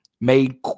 made